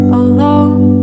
alone